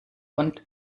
und